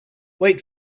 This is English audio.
wait